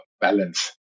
balance